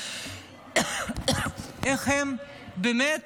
איך הם באמת